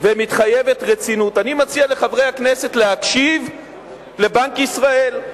ומתחייבת רצינות, להקשיב לבנק ישראל.